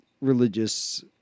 religious